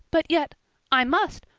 but yet i must,